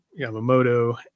Yamamoto